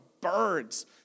birds